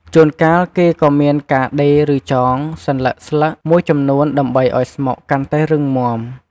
ជួនកាល គេក៏មានការដេរ ឬចង សន្លឹកស្លឹកមួយចំនួនដើម្បីឲ្យស្មុកកាន់តែរឹងមាំ។